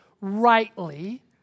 rightly